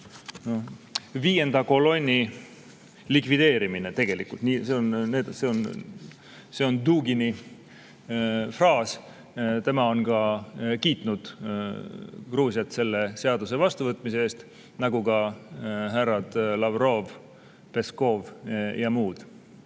viienda kolonni likvideerimine. See on Dugini fraas, tema on ka kiitnud Gruusiat selle seaduse vastuvõtmise eest, nagu ka härrad Lavrov, Peskov ja muud.